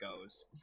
goes